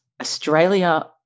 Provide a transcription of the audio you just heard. Australia